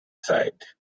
side